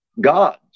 gods